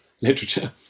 literature